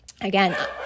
again